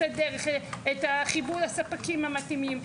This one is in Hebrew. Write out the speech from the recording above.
את הדרך את החיבור לספקים המתאימים,